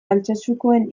altsasukoen